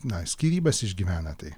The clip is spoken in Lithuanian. na skyrybas išgyvena tai